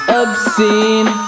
obscene